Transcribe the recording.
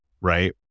Right